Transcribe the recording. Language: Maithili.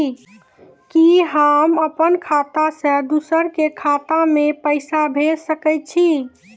कि होम अपन खाता सं दूसर के खाता मे पैसा भेज सकै छी?